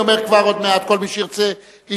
אני אומר כבר, עוד מעט, כל מי שירצה להתייחס.